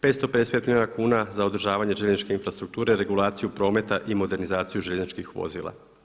550 milijuna kuna za održavanje željezničke infrastrukture, regulaciju prometa i modernizaciju željezničkih vozila.